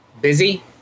busy